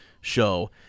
show